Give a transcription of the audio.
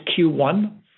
Q1